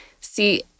See